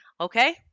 okay